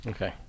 Okay